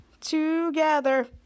together